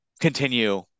continue